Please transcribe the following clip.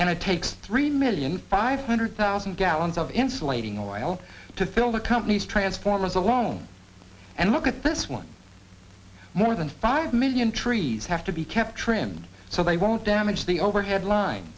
and it takes three million five hundred thousand gallons of insulating oil to fill the company's transformers alone and look at this one more than five million trees have to be kept trimmed so they won't damage the overhead line